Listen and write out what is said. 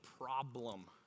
problem